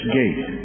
gate